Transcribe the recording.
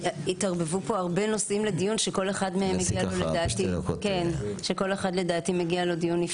התערבבו פה הרבה נושאים לדיון שלכל אחד מהם דיון בנפרד.